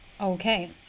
Okay